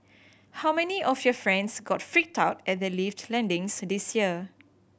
how many of your friends got freaked out at their lift landings this year